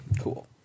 Cool